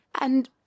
And